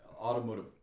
automotive